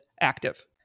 active